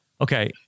okay